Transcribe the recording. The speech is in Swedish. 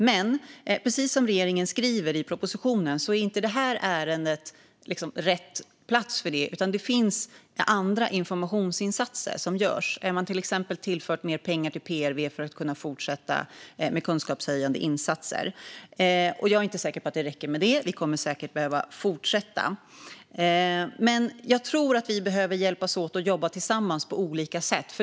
Men precis som regeringen skriver i propositionen är inte det här ärendet rätt plats, utan andra informationsinsatser görs. Till exempel har mer pengar tillförts till PRV för att fortsätta att göra kunskapshöjande insatser. Jag är inte säker på att det räcker, utan vi kommer säkert att behöva fortsätta. Jag tror att vi behöver hjälpas åt och jobba tillsammans på olika sätt.